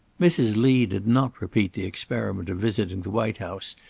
mrs. lee did not repeat the experiment of visiting the white house,